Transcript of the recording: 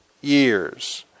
years